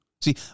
See